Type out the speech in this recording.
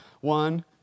one